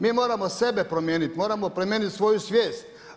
Mi moramo sebe promijeniti, moramo promijeniti svoju svijest.